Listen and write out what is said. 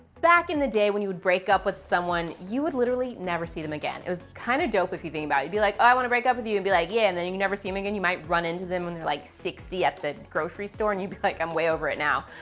back in the day, when you would break up with someone, you would literally never see them again. it was kind of dope if you think about it. you'd be like, oh, i want to break up with you and be like, yeah. and then you never see him again. you might run into them when they're like sixty at the grocery store, and you'd be like, i'm way over it now.